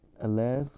Alas